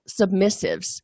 submissives